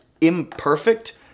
imperfect